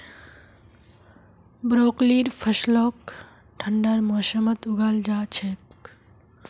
ब्रोकलीर फसलक ठंडार मौसमत उगाल जा छेक